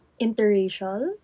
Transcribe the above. Interracial